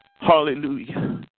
Hallelujah